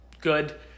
good